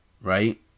right